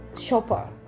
shopper